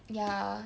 ya